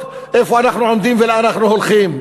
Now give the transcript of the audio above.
איפה אנחנו עומדים ולאן אנו הולכים.